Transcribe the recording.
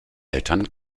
eltern